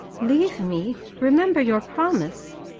leave me! remember your promise.